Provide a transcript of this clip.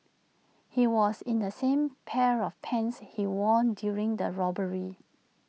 he was in the same pair of pants he wore during the robbery